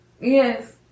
Yes